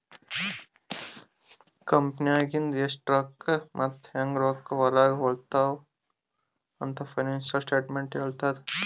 ಕಂಪೆನಿನಾಗಿಂದು ಎಷ್ಟ್ ಮತ್ತ ಹ್ಯಾಂಗ್ ರೊಕ್ಕಾ ಹೊರಾಗ ಹೊಲುತಾವ ಅಂತ್ ಫೈನಾನ್ಸಿಯಲ್ ಸ್ಟೇಟ್ಮೆಂಟ್ ಹೆಳ್ತುದ್